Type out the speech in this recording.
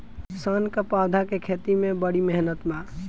सन क पौधा के खेती में बड़ी मेहनत बा